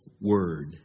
word